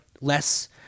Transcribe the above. Less